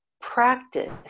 practice